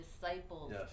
disciples